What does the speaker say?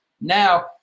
Now